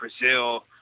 Brazil